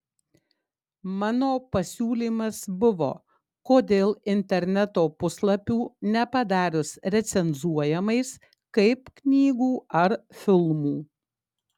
mano pasiūlymas buvo kodėl interneto puslapių nepadarius recenzuojamais kaip knygų ar filmų